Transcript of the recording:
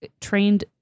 trained